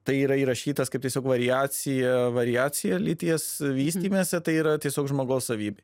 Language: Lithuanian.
tai yra įrašytas kaip tiesiog variacija variacija lyties vystymiesi tai yra tiesiog žmogaus savy